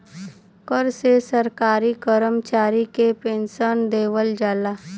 कर से सरकारी करमचारी के पेन्सन देवल जाला